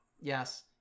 Yes